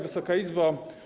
Wysoka Izbo!